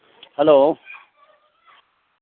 hello